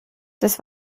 des